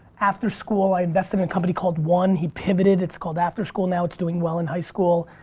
after school, i invested in a company called one, he pivoted, it's called after school now, it's doing well in high school.